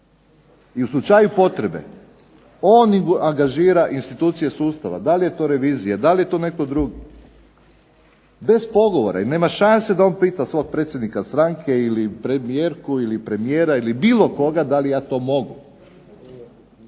i u slučaju potrebe on angažira institucije sustava, da li je to revizija da li je to netko drugi, bez pogovora i nema šanse da on pita svog predsjednika stranke, premijerku, premijera ili bilo koga da li ja to mogu.